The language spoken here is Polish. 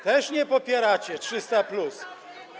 Też nie popieracie 300+.